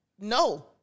no